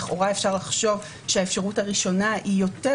לכאורה אפשר לחשוב שהאפשרות הראשונה היא יותר